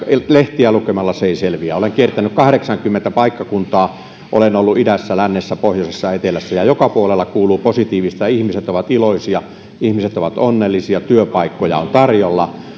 lehtiä lukemalla se ei selviä olen kiertänyt kahdeksankymmentä paikkakuntaa olen ollut idässä lännessä pohjoisessa ja etelässä ja joka puolella kuuluu positiivista ihmiset ovat iloisia ihmiset ovat onnellisia työpaikkoja on tarjolla